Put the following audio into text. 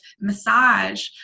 massage